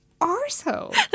Arsehole